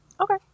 Okay